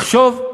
לחשוב,